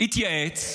יתייעץ ויקבל.